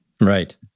right